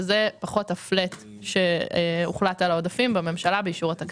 שזה פחות הפלאט שעליו הוחלט בממשלה בעניין העודפים באישור התקציב.